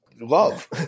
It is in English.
love